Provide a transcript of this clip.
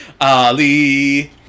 Ali